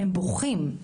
הם בוכים,